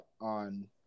on